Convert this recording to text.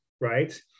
right